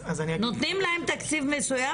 נותנים להם תקציב מסוים,